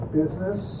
business